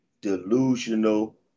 delusional